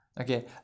okay